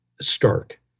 Stark